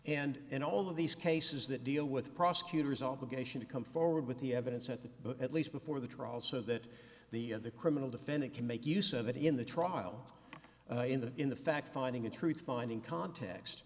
analysis and all of these cases that deal with prosecutors obligation to come forward with the evidence at the at least before the trial so that the the criminal defendant can make use of that in the trial in the in the fact finding a truth finding context